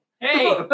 Hey